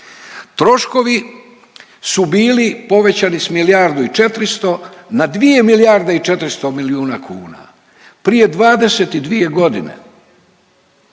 Troškovi su bili povećani s milijardu i 400 na 2 milijarde i 400 milijuna kuna prije 22 godine.